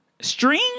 string